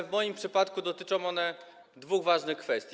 W moim przypadku dotyczą one dwóch ważnych kwestii.